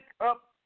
up